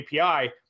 API